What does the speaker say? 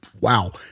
wow